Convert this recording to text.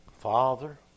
Father